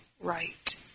right